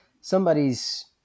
somebody's